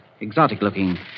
Exotic-looking